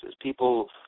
People